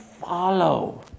follow